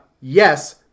yes